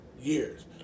years